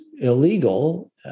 illegal